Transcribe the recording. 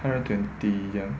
hundred twenty 这样